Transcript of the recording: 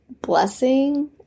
blessing